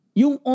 yung